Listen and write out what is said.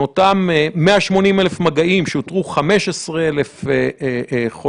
מאותם 180,000 מגעים שבהם אותרו 15,000 חולים,